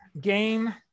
game